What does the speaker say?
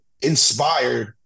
inspired